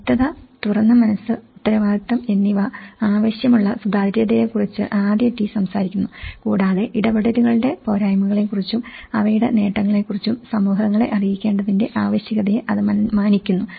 വ്യക്തത തുറന്ന മനസ്സ് ഉത്തരവാദിത്തം എന്നിവ ആവശ്യമുള്ള സുതാര്യതയെക്കുറിച്ച് ആദ്യ ടി സംസാരിക്കുന്നു കൂടാതെ ഇടപെടലുകളുടെ പോരായ്മകളെക്കുറിച്ചും അവയുടെ നേട്ടങ്ങളെക്കുറിച്ചും സമൂഹങ്ങളെ അറിയിക്കേണ്ടതിന്റെ ആവശ്യകതയെ അത് മാനിക്കുന്നു